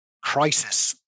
crisis